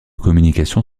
communication